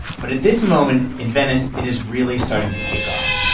but at this moment in venice, it is really starting to take off.